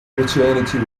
maternity